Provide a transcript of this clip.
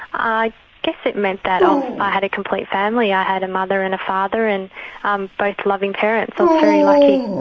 i guess it meant that i ah had a complete family. i had a mother and a father, and um both loving parents. i was very lucky.